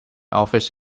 office